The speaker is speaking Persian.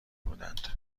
بودند